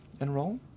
enroll